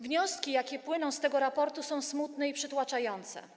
Wnioski, jakie płyną z tego raportu, są smutne i przytłaczające.